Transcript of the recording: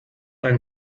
ein